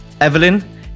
evelyn